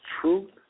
truth